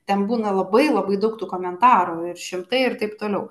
ten būna labai labai daug tų komentarų ir šimtai ir taip toliau